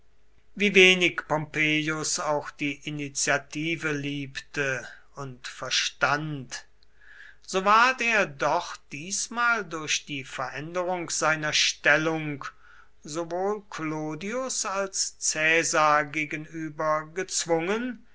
wie wenig pompeius auch die initiative liebte und verstand so ward er doch diesmal durch die veränderung seiner stellung sowohl clodius als caesar gegenüber gezwungen